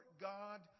God